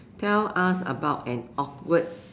tell us about an awkward